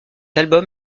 album